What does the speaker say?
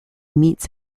meets